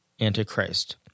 antichrist